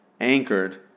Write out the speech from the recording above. anchored